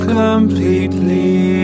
completely